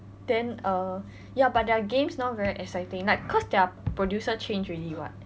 then uh ya but their games now very exciting like cause their producer change already [what]